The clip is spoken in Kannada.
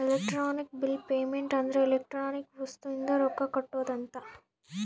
ಎಲೆಕ್ಟ್ರಾನಿಕ್ ಬಿಲ್ ಪೇಮೆಂಟ್ ಅಂದ್ರ ಎಲೆಕ್ಟ್ರಾನಿಕ್ ವಸ್ತು ಇಂದ ರೊಕ್ಕ ಕಟ್ಟೋದ ಅಂತ